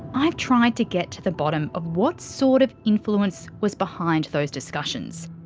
i've tried to get to the bottom of what sort of influence was behind those discussions.